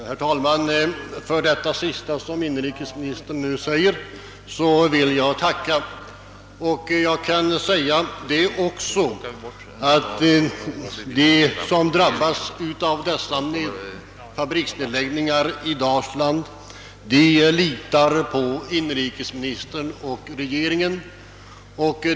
Herr talman! Jag vill tacka för det sista som inrikesministern sade. Jag kan också försäkra att de som drabbas av fabriksnedläggningar i Dalsland litar på inrikesministern och regeringen.